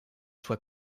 soit